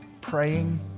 praying